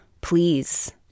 Please